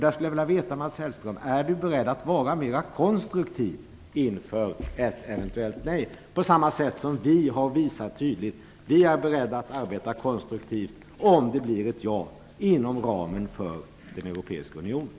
Jag skulle vilja veta om Mats Hellström är beredd att vara mer konstruktiv inför ett eventuellt nej, på samma sätt som vi tydligt har visat att vi, om det blir ett ja, är beredda att arbeta konstruktivt inom ramen för den europeiska unionen.